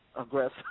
aggressive